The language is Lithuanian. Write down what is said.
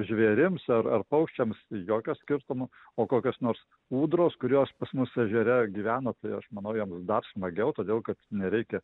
žvėrims ar ar paukščiams jokio skirtumo o kokios nors ūdros kurios pas mus ežere gyveno tai aš manau jiems dar smagiau todėl kad nereikia